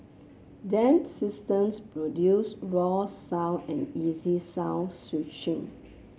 Dam systems produce raw sound and easy song switching